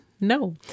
No